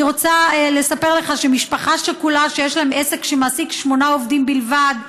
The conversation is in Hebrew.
אני רוצה לספר לך שמשפחה שכולה שיש לה עסק שמעסיק שמונה עובדים בלבד,